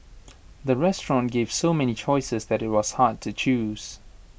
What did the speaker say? the restaurant gave so many choices that IT was hard to choose